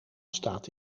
staat